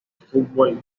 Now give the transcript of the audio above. fútbol